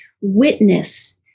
witness